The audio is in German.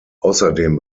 außerdem